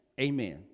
Amen